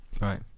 right